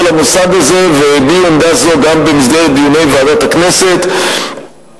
המוסד הזה והביעו עמדה זו גם במסגרת דיוני ועדת הכנסת היו